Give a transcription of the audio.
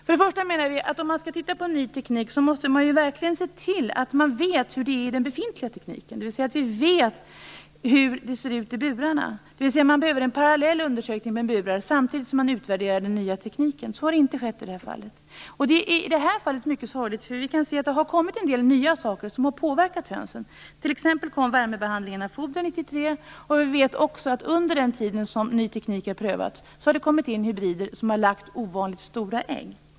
För det första menar vi att om man skall titta på ny teknik måste man verkligen se till att man vet hur det är med den befintliga tekniken. Man måste veta hur det ser ut i burarna, dvs. det behövs en parallell undersökning av burar samtidigt som man utvärderar den nya tekniken. Så har inte skett i det här fallet. Det är mycket sorgligt, för det har kommit till en del nya saker som har påverkat hönsen. Värmebehandling av foder kom t.ex. 1993. Vi vet också att under den tid som ny teknik har prövats har det kommit in hybrider som lägger ovanligt stora ägg.